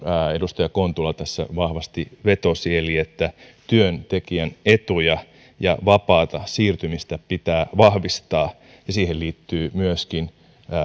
edustaja kontula tässä vahvasti vetosi eli se että työntekijän etuja ja vapaata siirtymistä pitää vahvistaa ja siihen liittyy myöskin